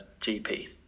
GP